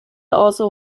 also